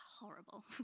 horrible